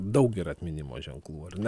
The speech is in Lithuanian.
daug yra atminimo ženklų ar ne